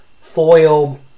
foil